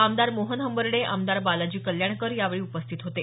आमदार मोहन हंबर्डे आमदार बालाजी कल्याणकर यावेळी उपस्थित होते